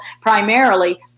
primarily